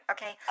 Okay